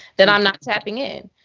then i'm not tapping in.